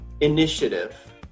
initiative